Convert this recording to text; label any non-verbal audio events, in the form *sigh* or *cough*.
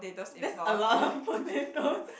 that's a lot of *noise* potatoes